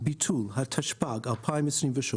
(ביטול), התשפ"ג-2023